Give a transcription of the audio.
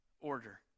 order